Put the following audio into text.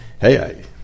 hey